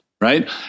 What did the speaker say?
Right